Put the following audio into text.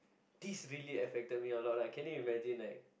this really affected me a lot ah can you imagine like